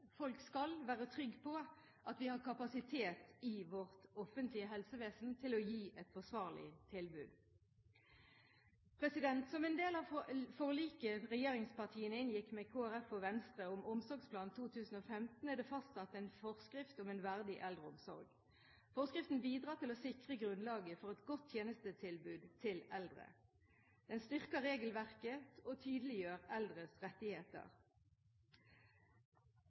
Folk skal være trygge på at vi har kapasitet i vårt offentlige helsevesen til å gi et forsvarlig tilbud. Som en del av forliket regjeringspartiene inngikk med Kristelig Folkeparti og Venstre om Omsorgsplan 2015, er det fastsatt en forskrift om en verdig eldreomsorg. Forskriften bidrar til å sikre grunnlaget for et godt tjenestetilbud til eldre. Den styrker regelverket og tydeliggjør eldres rettigheter.